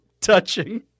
touching